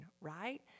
right